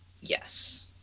Yes